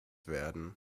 werden